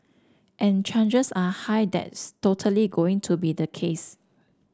and changes are high that's totally going to be the case